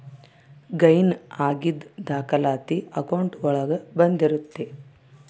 gain ಆಗಿದ್ ದಾಖಲಾತಿ account ಒಳಗ ಬಂದಿರುತ್ತೆ